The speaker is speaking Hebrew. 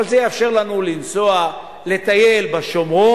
אבל זה יאפשר לנו לנסוע ולטייל בשומרון,